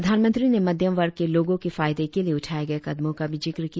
प्रधानमंत्री ने मध्यम वर्ग के लोगों के फायदे के लिए उठाए गये कदमों का भी जिक्र किया